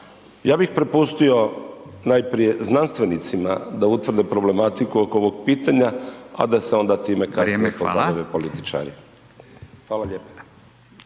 Ja bih prepustio najprije znanstvenicima da utvrde problematiku oko ovog pitanja, a da se onda time kasnije …/Upadica: Vrijeme, hvala./…